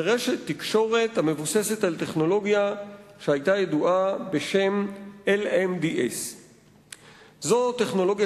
לרשת תקשורת המבוססת על טכנולוגיה שהיתה ידועה בשם LMDS. זו טכנולוגיה